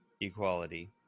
equality